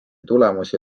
tulemusi